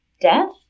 death